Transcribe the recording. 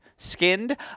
skinned